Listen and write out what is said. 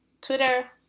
Twitter